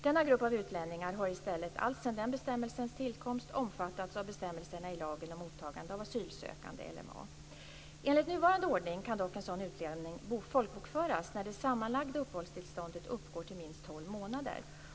Denna grupp av utlänningar har i stället alltsedan den bestämmelsens tillkomst omfattats av bestämmelserna i lagen om mottagande av asylsökande . Enligt nuvarande ordning kan dock en sådan utlänning folkbokföras när det sammanlagda uppehållstillståndet uppgår till minst tolv månader.